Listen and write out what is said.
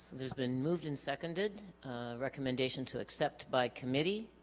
there's been moved and seconded recommendation to accept by committee